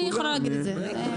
אני יכולה להגיד את זה,